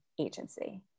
agency